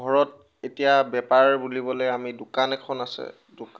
ঘৰত এতিয়া বেপাৰ বুলিবলৈ আমি দোকান এখন আছে